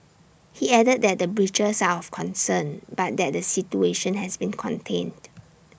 he added that the breaches are of concern but that the situation has been contained